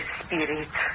spirit